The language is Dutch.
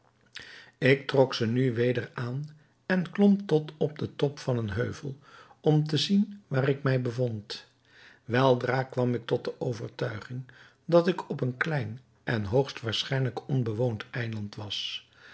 ik trok ze nu weder aan en klom tot op den top van een heuvel om te zien waar ik mij bevond weldra kwam ik tot de overtuiging dat ik op een klein en hoogst waarschijnlijk onbewoond eiland was